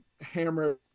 hammer